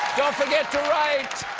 don't forget to write!